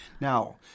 Now